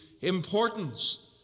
importance